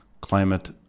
climate